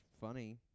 funny